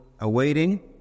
Awaiting